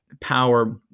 power